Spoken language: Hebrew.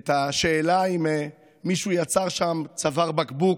את השאלה אם מישהו יצר שם צוואר בקבוק,